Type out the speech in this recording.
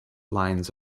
lines